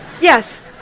Yes